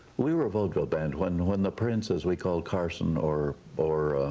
we were a vaudeville band when when the prince, as we called carson, or or